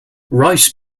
rice